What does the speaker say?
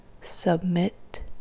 submit